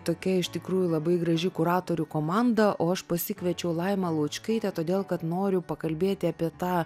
tokia iš tikrųjų labai graži kuratorių komanda o aš pasikviečiau laimą laučkaitę todėl kad noriu pakalbėti apie tą